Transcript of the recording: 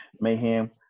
Mayhem